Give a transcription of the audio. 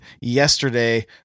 yesterday